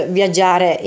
viaggiare